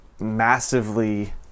massively